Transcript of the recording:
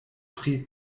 pri